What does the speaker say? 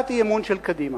הצעת האי-אמון של קדימה,